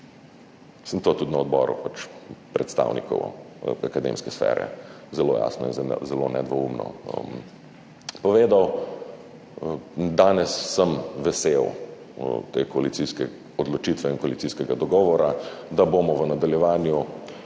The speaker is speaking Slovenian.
sem tudi na odboru predstavnikom akademske sfere zelo jasno in zelo nedvoumno povedal. Danes sem vesel te koalicijske odločitve in koalicijskega dogovora, da bomo v nadaljevanju